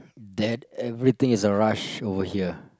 that everything is a rush over here